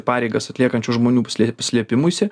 pareigas atliekančių žmonių slė slėpimuisi